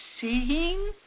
seeing